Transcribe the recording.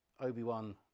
Obi-Wan